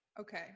okay